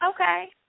Okay